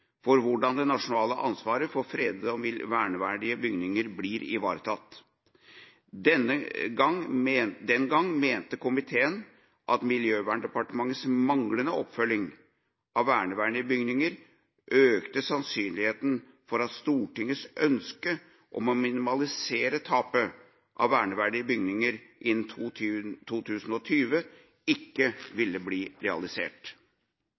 for hvordan det nasjonale ansvaret for fredede og verneverdige bygninger blir ivaretatt. Den gang mente komiteen at Miljøverndepartementets manglende oppfølging av verneverdige bygninger økte sannsynligheten for at Stortingets ønske om å minimalisere tapet av verneverdige bygninger innen 2020, ikke ville bli realisert.